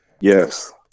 Yes